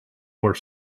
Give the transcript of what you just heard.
were